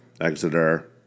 Exeter